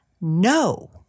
no